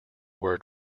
word